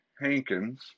Hankins